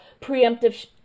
preemptive